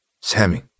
Sammy